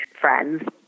friends